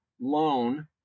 loan